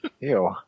Ew